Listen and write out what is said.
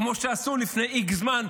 כמו שעשו לפני איקס זמן,